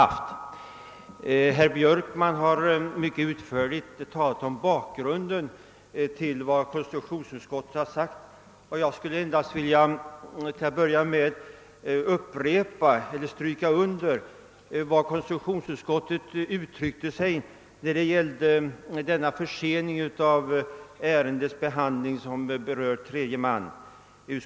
Herr Björkman har mycket utförligt redovisat bakgrunden till vad konstitutionsutskottet skrivit, och jag skulle inledningsvis vilja stryka under konstitutionsutskottets uttalande när det gäller den försening av ärendebehandlingen som berör tredje man.